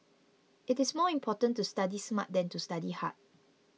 it is more important to study smart than to study hard